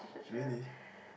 really